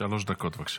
שלוש דקות, בבקשה.